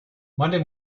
monday